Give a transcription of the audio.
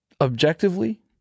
objectively